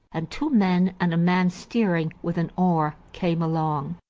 and two men and a man steering with an oar came along.